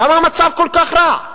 למה המצב כל כך רע?